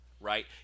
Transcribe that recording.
right